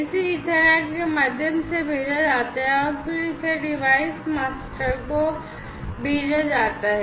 इसे ईथरनेट के माध्यम से भेजा जाता है और फिर इसे डिवाइस मास्टर को भेजा जाता है